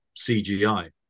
CGI